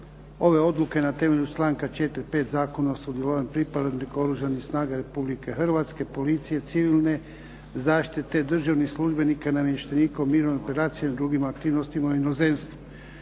ove odluke na temelju članka 45. Zakona o sudjelovanju pripadnika Oružanih snaga Republike Hrvatske policije, civilne zaštite, državnih službenika i namještenika u mirovnim operacijama i drugim aktivnostima u inozemstvu.